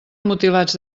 mutilats